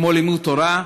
כמו לימוד תורה,